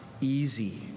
easy